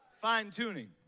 Fine-tuning